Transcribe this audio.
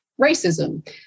racism